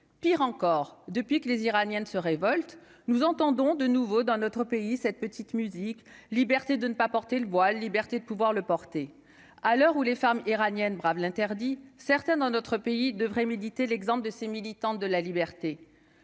pire encore, depuis que les Iraniens ne se révolte, nous entendons de nouveau dans notre pays, cette petite musique, liberté de ne pas porter le voile, liberté de pouvoir le porter à l'heure où les femmes iraniennes bravent l'interdit certains dans notre pays devrait méditer l'exemple de ces militants de la liberté,